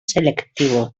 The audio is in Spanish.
selectivo